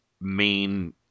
main